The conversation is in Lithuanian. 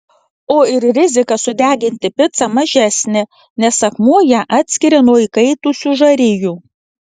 o ir rizika sudeginti picą mažesnė nes akmuo ją atskiria nuo įkaitusių žarijų